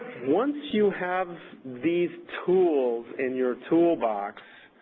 once you have these tools in your toolbox,